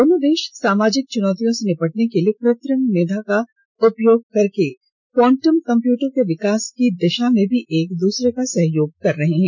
दोनों देश सामाजिक चुनौतियों से निपटने के लिए कृत्रिम मेधा का उपयोग करके क्वांटम कंप्यूटर के विकास की दिशा में भी एक दूसरे का सहयोग कर रहे हैं